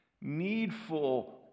needful